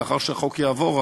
לאחר שהחוק יעבור,